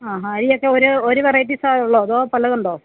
ആ ഹാ അരിയൊക്കെ ഒരു ഒരു വെറൈറ്റീസേ ഉള്ളോ അതോ പലതുണ്ടോ